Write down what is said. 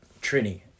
Trini